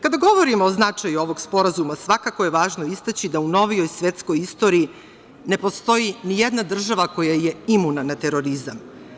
Kada govorimo o značaju ovog sporazuma, svakako je važno istaći da u novijoj svetskoj istoriji ne postoji nijedna država koja je imuna na terorizam.